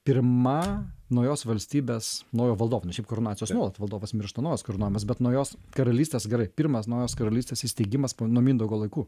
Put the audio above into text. pirma naujos valstybės naujo valdovo nes šiaip karūnacijos nuolat valdovas miršta naujas karūnuojamas bet naujos karalystės gerai pirmas naujos karalystės įsteigimas po nuo mindaugo laikų